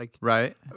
Right